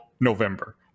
November